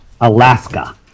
Alaska